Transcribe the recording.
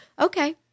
okay